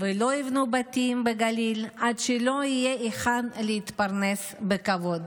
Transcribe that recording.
ולא יבנו בתים בגליל עד שלא יהיה היכן להתפרנס בכבוד.